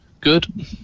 Good